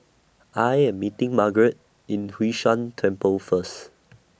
I Am meeting Margaret in Hwee San Temple First